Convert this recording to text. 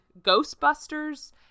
Ghostbusters